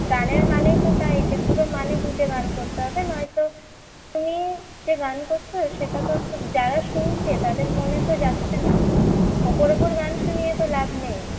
গানের মানেই তো তাই যে পুরো মানে বুঝে গান করতে হবে নয় তো তুমি যে গান করছ সেটা তো যারা শুনছে তাদের মনে তো যাচ্ছে না ওপর ওপর গান শুনিয়ে তো লাভ নেই